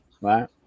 right